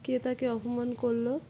কে তাকে অপমান করলো